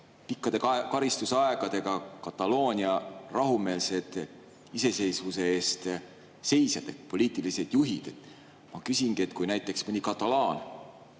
pikkade karistusaegadega Kataloonia rahumeelsed iseseisvuse eest seisjad, poliitilised juhid. Ma küsingi, et kui meil satuks